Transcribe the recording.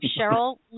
Cheryl